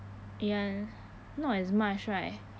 ya not as much right